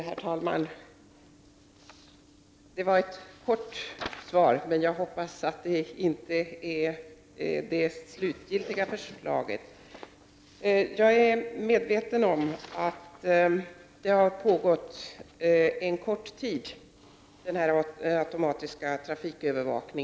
Herr talman! Det var ett kort svar, men jag hoppas att det inte är det slutgiltiga förslaget. Jag är medveten om att den automatiska trafikövervakningen har pågått under en kort tid.